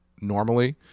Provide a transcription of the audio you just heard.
normally